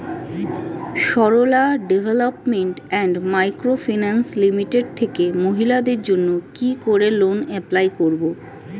Sarala development and micro finance limited থেকে মহিলাদের জন্য কি করে লোন এপ্লাই করব?